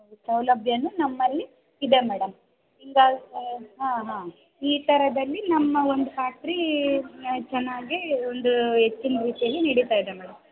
ಸೌಲಭ್ಯವೂ ನಮ್ಮಲ್ಲಿ ಇದೆ ಮೇಡಮ್ ಹೀಗಾಗಿ ಹಾಂ ಹಾಂ ಈ ಥರದಲ್ಲಿ ನಮ್ಮ ಒಂದು ಫಾಕ್ಟ್ರಿ ಚೆನ್ನಾಗಿ ಒಂದು ಹೆಚ್ಚಿನ ರೀತಿಯಲ್ಲಿ ನಡೀತಾ ಇದೆ ಮೇಡಮ್